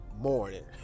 morning